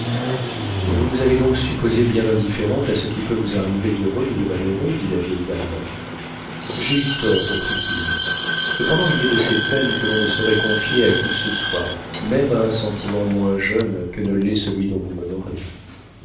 vous nous avez donc supposées bien indifférentes à ce qui peut vous arriver d'heureux ou de malheureux dit la vieille dame j'ai eu tort reprit-il cependant il est de ces peines que l'on ne saurait confier à qui que ce soit même à un sentiment moins jeune que ne l'est celui dont vous m'honorez